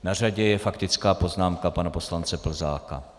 Na řadě je faktická poznámka pana poslance Plzáka.